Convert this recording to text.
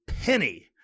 penny